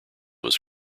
was